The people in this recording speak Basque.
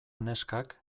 neskak